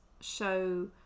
show